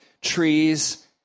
trees